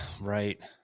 right